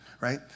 right